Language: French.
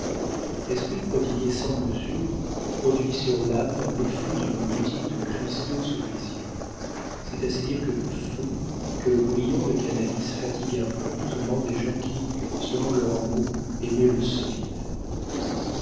l'esprit prodigué sans mesure produit sur l'âme l'effet d'une boutique de cristaux sur les yeux c'est assez dire que le feu que le brillant de canalis fatigua promptement des gens qui selon leur mot aimaient le solide